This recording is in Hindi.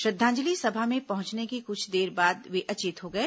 श्रद्धांजलि सभा में पहुंचने के कुछ देर बाद ही वे अचेत हो गए